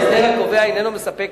ההסדר הקובע איננו מספק,